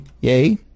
Yay